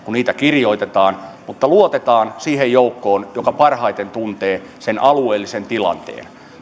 kirjoitetaan mutta luotetaan siihen joukkoon joka parhaiten tuntee sen alueellisen tilanteen